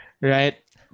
right